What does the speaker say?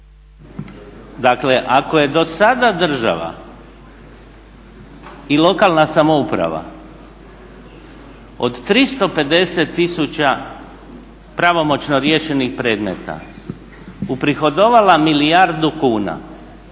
Dakle ako je do sada država i lokalna samouprava od 350 tisuća pravomoćno riješenih predmeta uprihodovala milijardu kuna,